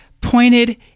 pointed